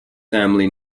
family